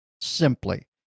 Simply